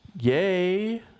Yay